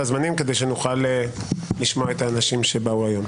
על הזמנים כדי שנוכל לשמוע את האנשים שבאו היום.